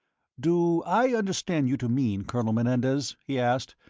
do i understand you to mean, colonel menendez, he asked,